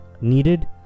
needed